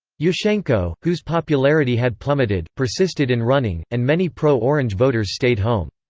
yushchenko, whose popularity had plummeted, persisted in running, and many pro-orange voters stayed home.